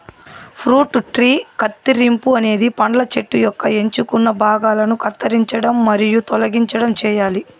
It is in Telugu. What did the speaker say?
ఫ్రూట్ ట్రీ కత్తిరింపు అనేది పండ్ల చెట్టు యొక్క ఎంచుకున్న భాగాలను కత్తిరించడం మరియు తొలగించడం చేయాలి